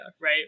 right